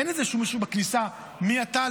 אין איזשהו מישהו בכניסה, מי אתה?